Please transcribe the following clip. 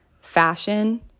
fashion